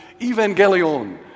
Evangelion